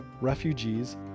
refugees